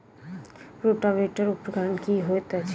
Rotavator उपकरण की हएत अछि?